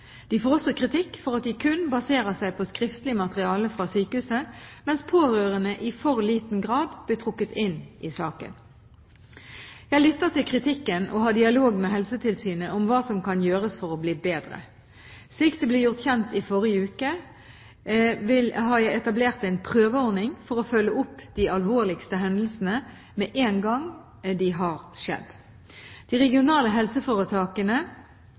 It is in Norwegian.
De får også kritikk for at de kun baserer seg på skriftlig materiale fra sykehuset, mens pårørende i for liten grad blir trukket inn i saken. Jeg lytter til kritikken og har dialog med Helsetilsynet om hva som kan gjøres for å bli bedre. Slik det ble gjort kjent i forrige uke, har jeg etablert en prøveordning for å følge opp de alvorligste hendelsene med en gang de har skjedd. De regionale helseforetakene